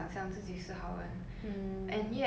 from doing bad things